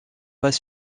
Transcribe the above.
pas